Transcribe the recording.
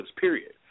period